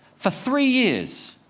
for three years.